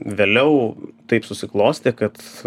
vėliau taip susiklostė kad